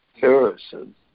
Harrison